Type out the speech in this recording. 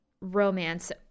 romance